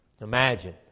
imagine